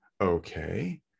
Okay